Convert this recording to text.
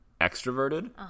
extroverted